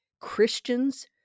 Christians